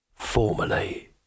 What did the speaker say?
Formerly